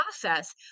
process